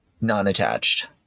Non-attached